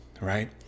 right